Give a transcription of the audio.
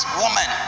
woman